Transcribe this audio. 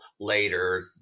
later